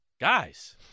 guys